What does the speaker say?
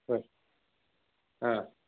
बरं हं